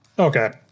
Okay